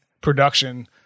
production